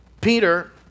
Peter